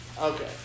Okay